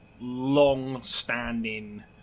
long-standing